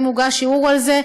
אם הוגש ערעור על זה,